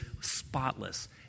spotless